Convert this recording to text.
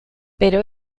pero